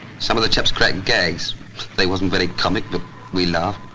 some of the chaps cracked gags they wasn't very comic but we laughed.